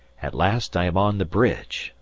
at last i am on the bridge.